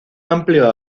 amplio